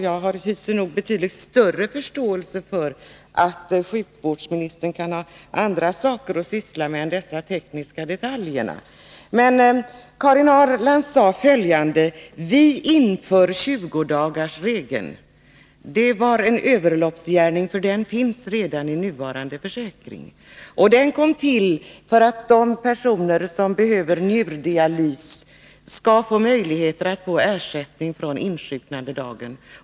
Jag hyser nog betydligt större förståelse för att sjukvårdsministern kan ha andra saker att syssla med än dessa tekniska detaljer. Men Karin Ahrland sade: Vi inför 20-dagarsregeln. Det var en överloppsgärning, för den finns redan i nuvarande försäkring. Den kom till för att de personer som behöver njurdialys skall få möjligheter att få ersättning från insjuknandedagen.